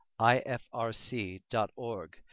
ifrc.org